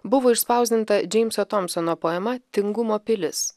buvo išspausdinta džeimso tomsono poema tingumo pilis